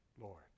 Lord